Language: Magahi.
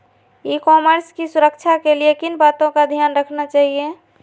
ई कॉमर्स की सुरक्षा के लिए किन बातों का ध्यान रखना चाहिए?